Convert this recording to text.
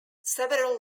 several